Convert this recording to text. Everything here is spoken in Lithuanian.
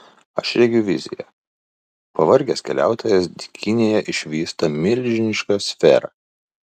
aš regiu viziją pavargęs keliautojas dykynėje išvysta milžinišką sferą